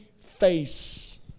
face